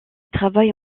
travaille